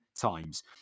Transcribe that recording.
times